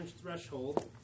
threshold